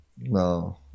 No